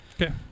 Okay